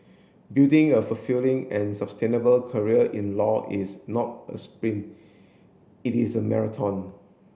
building a fulfilling and sustainable career in law is not a sprint it is a marathon